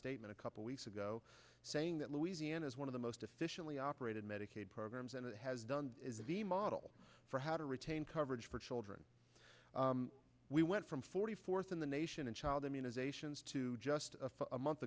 statement a couple weeks ago saying that louisiana is one of the most officially operated medicaid programs and it has done is the model for how to retain coverage for children we went from forty fourth in the nation in child immunizations to justify a month